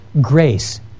grace